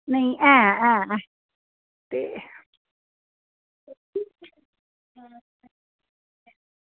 नेईं ऐ ऐ ते